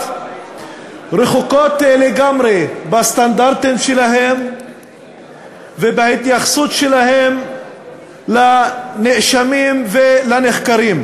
רחוקות לגמרי בסטנדרטים שלהן ובהתייחסות שלהן לנאשמים ולנחקרים.